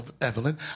Evelyn